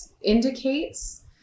indicates